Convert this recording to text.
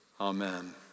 Amen